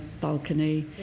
balcony